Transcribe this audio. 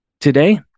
today